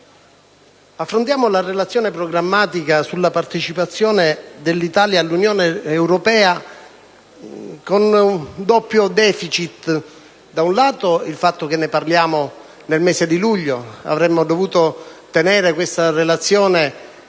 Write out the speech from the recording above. affrontiamo la relazione programmatica sulla partecipazione dell'Italia all'Unione europea con un doppio *deficit*. Da un lato c'è il fatto che ne parliamo nel mese di luglio, quando invece avremmo dovuto tenere questa relazione